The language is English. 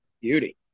Beauty